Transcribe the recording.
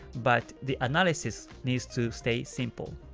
but the analysis needs to stay simple.